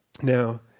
Now